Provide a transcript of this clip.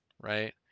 right